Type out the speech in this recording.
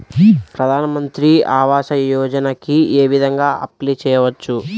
ప్రధాన మంత్రి ఆవాసయోజనకి ఏ విధంగా అప్లే చెయ్యవచ్చు?